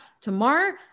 Tomorrow